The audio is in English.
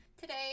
today